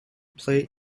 play